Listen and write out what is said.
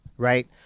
right